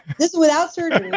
this is without surgery.